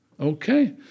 Okay